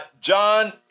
John